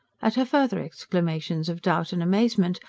at her further exclamations of doubt and amazement,